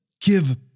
give